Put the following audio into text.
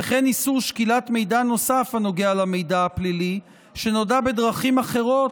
וכן איסור שקילת מידע נוסף הנוגע למידע הפלילי שנודע בדרכים אחרות,